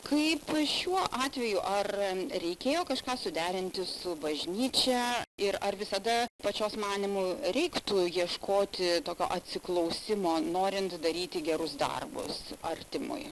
kaip šiuo atveju ar reikėjo kažką suderinti su bažnyčia ir ar visada pačios manymu reiktų ieškoti tokio atsiklausimo norint daryti gerus darbus artimui